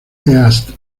east